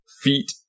feet